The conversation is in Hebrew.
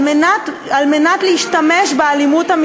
נכון.